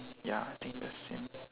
ya I think the same